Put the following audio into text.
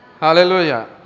Hallelujah